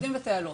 מוקדים וטיילות.